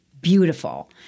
beautiful